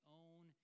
own